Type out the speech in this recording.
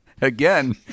Again